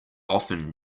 often